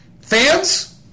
Fans